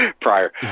prior